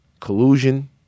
collusion